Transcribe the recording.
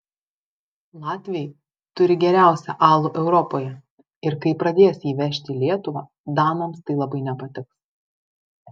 latviai turi geriausią alų europoje ir kai pradės jį vežti į lietuvą danams tai labai nepatiks